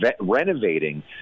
renovating